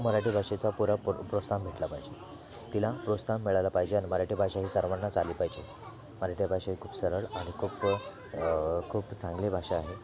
मराठी भाषेचा पुरा प्रो प्रोत्साहन भेटला पाहिजे तिला प्रोत्साहन मिळाला पाहिजे आणि मराठी भाषा ही सर्वांनाच आली पाहिजे मराठी भाषा ही खूप सरळ आणि खूप खूप चांगली भाषा आहे